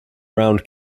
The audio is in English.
round